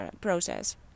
process